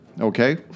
Okay